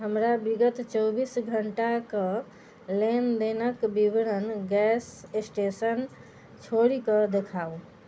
हमरा विगत चौबीस घंटाकऽ लेनदेनक विवरण गैस स्टेशन छोड़ि कऽ देखाउ